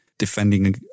defending